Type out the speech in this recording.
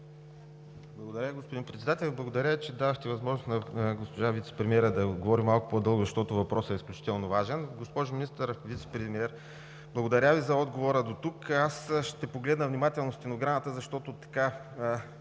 Благодаря, господин Председател. Благодаря, че дадохте възможност на госпожа вицепремиера да отговори малко по-дълго, защото въпросът е изключително важен. Госпожо Вицепремиер, Благодаря Ви за отговора дотук. Ще погледна внимателно стенограмата, защото от